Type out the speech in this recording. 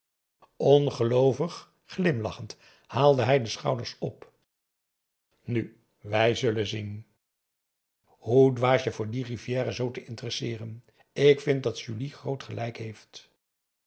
ongeloovig glimlachend haalde hij de schouders op nu wij zullen zien hoe dwaas je voor dien rivière zoo te interesseeren ik vind dat julie groot gelijk heeft